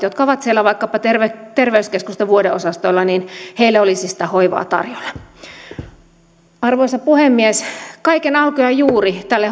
jotka ovat vaikkapa siellä terveyskeskusten vuodeosastoilla olisi sitä hoivaa tarjolla arvoisa puhemies kaiken alku ja juuri tälle